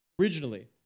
originally